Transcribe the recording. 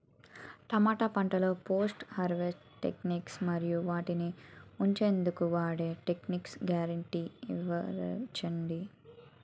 టమాటా పంటలో post harvest techniques మరియు వాటిని ఉంచెందుకు వాడే టెక్నిక్స్ గ్యారంటీ వివరించండి?